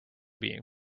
being